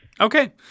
Okay